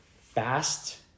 fast